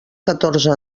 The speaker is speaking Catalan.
catorze